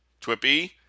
Twippy